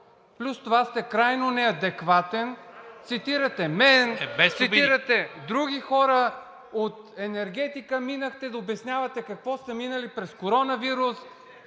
Плюс това сте крайно неадекватен – цитирате мен, цитирате други хора, от енергетика минахте да обяснявате как сте минали през коронавирус.